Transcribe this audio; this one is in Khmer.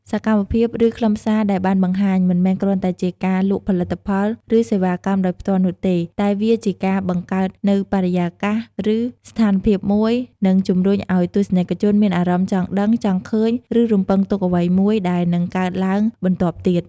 សកម្មភាព ឬខ្លឹមសារដែលបានបង្ហាញ មិនមែនគ្រាន់តែជាការលក់ផលិតផល ឬសេវាកម្មដោយផ្ទាល់នោះទេ តែវាជាការបង្កើតនូវបរិយាកាស ឬស្ថានភាពមួយ និងជំរុញឱ្យទស្សនិកជនមានអារម្មណ៍ចង់ដឹង ចង់ឃើញ ឬរំពឹងទុកអ្វីមួយដែលនឹងកើតឡើងបន្ទាប់ទៀត។